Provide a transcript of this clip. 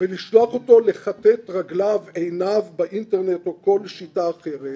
ולשלוח אותו לכתת רגליו ועיניו באינטרנט או כל שיטה אחרת